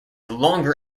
longer